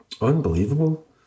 Unbelievable